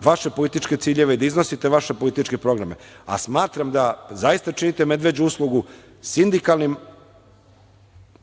vaše političke ciljeve i da iznosite vaše političke programe, ali smatram da zaista činite medveđu uslugu sindikalnim